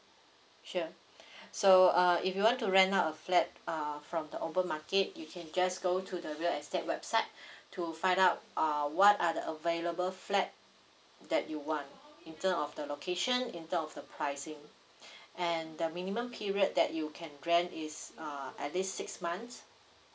sure so uh if you want to rent out a flat uh from the open market you can just go to the real estate website to find out uh what are the available flat that you want in term of the location in term of the pricing and the minimum period that you can rent is uh at least six months